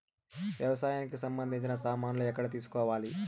వ్యవసాయానికి సంబంధించిన సామాన్లు ఎక్కడ తీసుకోవాలి?